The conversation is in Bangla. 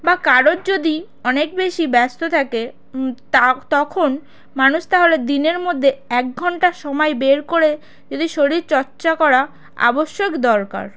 বা কারোর যদি অনেক বেশি ব্যস্ত থাকে তা তখন মানুষ তাহলে দিনের মধ্যে এক ঘন্টা সময় বের করে যদি শরীরচর্চা করা আবশ্যক দরকার